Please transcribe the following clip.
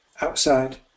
outside